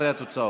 בעד,